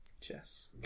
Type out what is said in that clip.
Chess